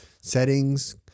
settings